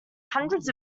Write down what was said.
hundreds